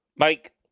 Mike